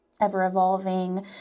ever-evolving